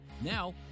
Now